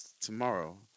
tomorrow